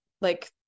like-